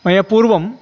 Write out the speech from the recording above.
मया पूर्वं